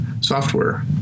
software